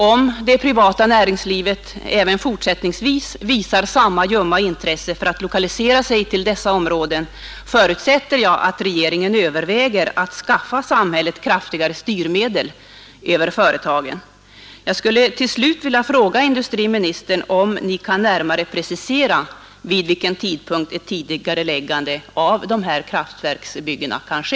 Om det privata näringslivet även fortsättningsvis visar samma ljumma intresse för lokalisering till dessa områden, förutsätter jag att regeringen överväger att skaffa samhället kraftigare styrmedel över företagen. Jag skulle till slut vilja fråga industriministern om han kan närmare precisera vid vilken tidpunkt ett tidigareläggande av dessa kraftverksbyggen kan ske.